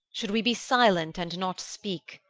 should we be silent and not speak,